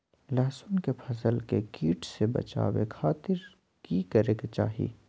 लहसुन के फसल के कीट से बचावे खातिर की करे के चाही?